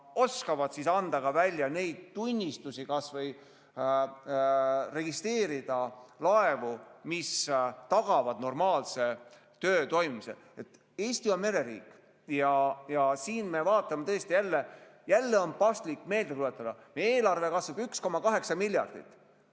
oskavad anda välja neid tunnistusi, kas või registreerida laevu, tagades normaalse töö. Eesti on mereriik ja siin me vaatame tõesti jälle ... Jälle on paslik meelde tuletada: meie eelarve kasvab 1,8 miljardit,